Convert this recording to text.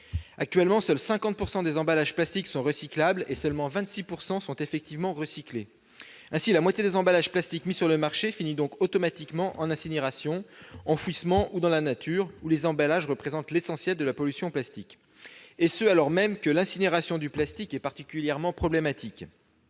Actuellement, seuls 50 % des emballages en plastique sont recyclables, et 26 % seulement sont effectivement recyclés. Ainsi, la moitié des emballages en plastique mis sur le marché finit automatiquement en incinération, enfouissement ou dans la nature, où les emballages représentent l'essentiel de la pollution par le plastique. Pourtant, l'incinération du plastique est particulièrement problématique.